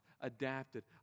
adapted